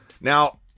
Now